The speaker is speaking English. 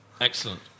Excellent